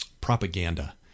propaganda